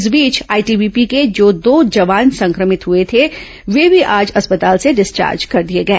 इस बीच आईटीबीपी के जो दो जवान संक्रमित हुए थे वे भी आज अस्पताल से डिस्चार्ज कर दिए गए